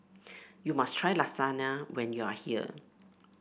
you must try Lasagna when you are here